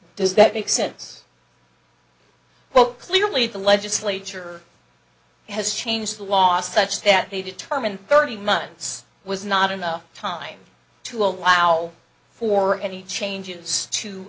does that make sense well clearly the legislature has changed the law such that they determined thirty months was not enough time to allow for any changes to